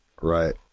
Right